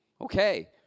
Okay